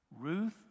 Ruth